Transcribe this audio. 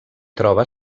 troba